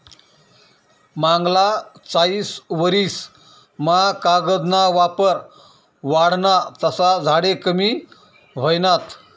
मांगला चायीस वरीस मा कागद ना वापर वाढना तसा झाडे कमी व्हयनात